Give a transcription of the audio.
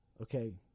Okay